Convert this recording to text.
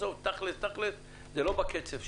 בסוף תכלס, תכלס זה לא בקצב,